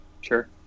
Sure